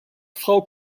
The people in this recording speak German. frau